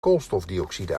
koolstofdioxide